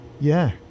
Yeah